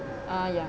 err ya